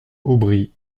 aubry